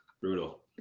Brutal